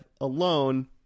alone